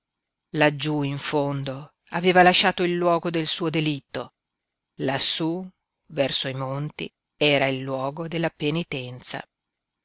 laggiú in fondo aveva lasciato il luogo del suo delitto lassú verso i monti era il luogo della penitenza